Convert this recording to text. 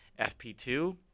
fp2